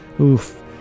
Oof